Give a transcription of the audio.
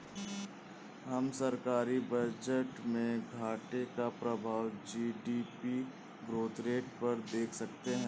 हम सरकारी बजट में घाटे का प्रभाव जी.डी.पी ग्रोथ रेट पर देख सकते हैं